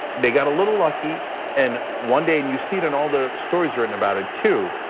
they got a little lucky and one day and you see it in all the stories written about it too,